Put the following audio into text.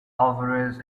alvarez